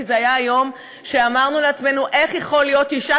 כי זה היה היום שאמרנו לעצמנו: איך יכול להיות שאישה